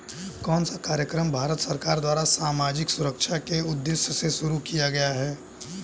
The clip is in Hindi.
कौन सा कार्यक्रम भारत सरकार द्वारा सामाजिक सुरक्षा के उद्देश्य से शुरू किया गया है?